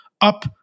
up